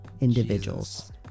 individuals